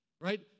right